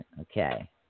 Okay